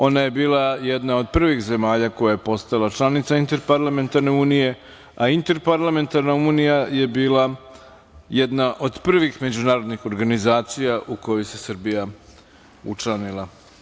Ona je bila jedna od prvih zemalja koja je postala članica Interparlamentarne unije, a Interparlamentarna unija je bila jedna od prvih međunarodnih organizacija u koju se Srbija učlanila.